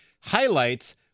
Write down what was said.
highlights